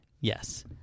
Yes